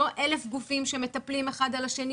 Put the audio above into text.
לא אלף גופים שמטפלים אחד על השני,